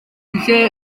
lle